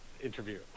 interview